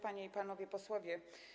Panie i Panowie Posłowie!